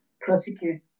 prosecute